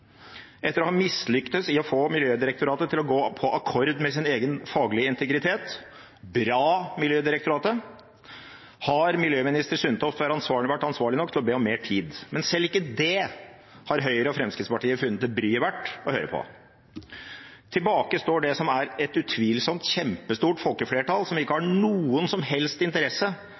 Etter å ha mislyktes i å få Miljødirektoratet til å gå på akkord med sin egen faglige integritet – bra Miljødirektoratet! – har miljøminister Sundtoft vært ansvarlig nok til å be om mer tid, men selv ikke det har Høyre og Fremskrittspartiet funnet det bryet verdt å høre på. Tilbake står det som er et utvilsomt kjempestort folkeflertall som ikke